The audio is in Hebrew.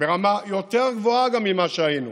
גם ברמה יותר גבוהה ממה שהיינו,